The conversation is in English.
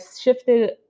shifted